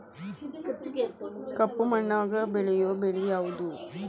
ಕಪ್ಪು ಮಣ್ಣಾಗ ಬೆಳೆಯೋ ಬೆಳಿ ಯಾವುದು?